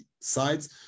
sides